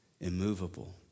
immovable